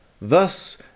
Thus